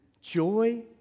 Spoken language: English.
joy